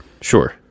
Sure